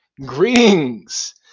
Greetings